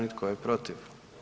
I tko je protiv?